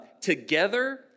together